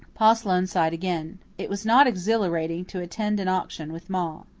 pa sloane sighed again. it was not exhilarating to attend an auction with ma.